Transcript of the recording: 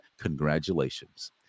Congratulations